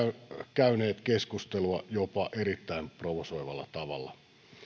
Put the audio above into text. käyneet keskustelua jopa erittäin provosoivalla tavalla